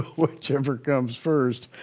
whichever comes first.